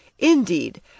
Indeed